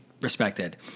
respected